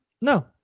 no